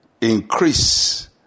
increase